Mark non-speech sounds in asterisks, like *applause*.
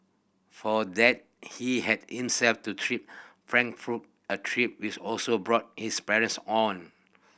for that he had *unintelligible* to trip Frankfurt a trip which also brought his parents on